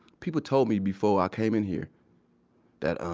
people told me before i came in here that,